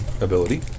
ability